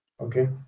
Okay